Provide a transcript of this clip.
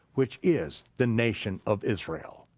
which is the nation of israel.